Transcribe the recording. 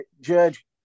Judge